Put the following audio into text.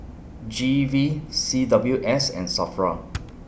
G V C W S and SAFRA